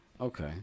Okay